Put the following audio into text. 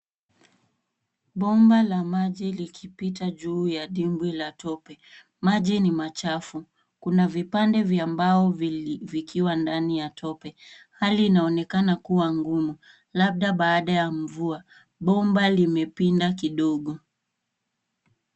Bomba la maji likipita juu ya dimbwi la tope. Maji ni machafu. Kuna vipande vya mbao vili vikiwa ndani ya tope. Hali inaonekana kuwa ngumu. Labda baada ya mvua. Bomba limepinda kidogo.